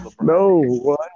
No